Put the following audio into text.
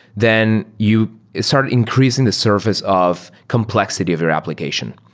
then you start increasing the surface of complexity of your application,